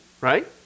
right